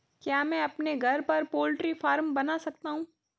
क्या मैं अपने घर पर पोल्ट्री फार्म बना सकता हूँ?